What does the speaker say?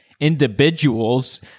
individuals